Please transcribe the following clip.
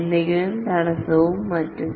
എന്തെങ്കിലും തടസ്സവും മറ്റും